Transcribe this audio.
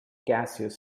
gaseous